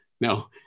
no